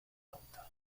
auto